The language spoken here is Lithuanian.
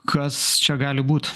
kas čia gali būt